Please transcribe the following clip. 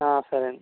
సరే అండి